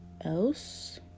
else